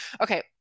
Okay